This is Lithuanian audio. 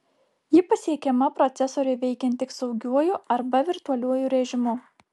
ji pasiekiama procesoriui veikiant tik saugiuoju arba virtualiuoju režimu